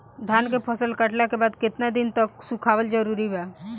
धान के फसल कटला के बाद केतना दिन तक सुखावल जरूरी बा?